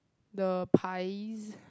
the pies